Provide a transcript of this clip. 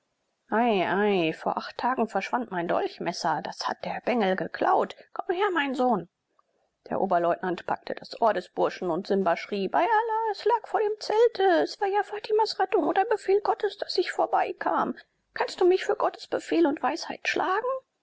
ei ei vor acht tagen verschwand mein dolchmesser das hat der bengel geklaut komm her mein sohn der oberleutnant packte das ohr des burschen und simba schrie bei allah es lag vor dem zelte es war ja fatimas rettung und ein befehl gottes daß ich vorbeikam kannst du mich für gottes befehl und weisheit schlagen